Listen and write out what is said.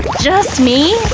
just me?